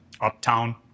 uptown